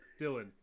Dylan